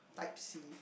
type C